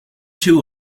two